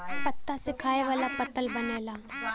पत्ता से खाए वाला पत्तल बनेला